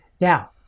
Now